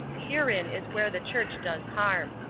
herein is where the church does harm.